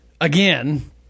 again